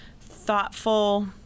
thoughtful